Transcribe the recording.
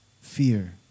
fear